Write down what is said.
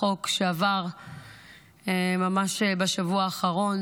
החוק שעבר ממש בשבוע שעבר,